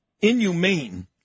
inhumane